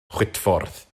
chwitffordd